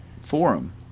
forum